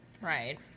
Right